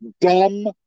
dumb